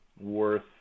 worth